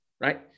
right